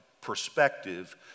perspective